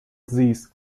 this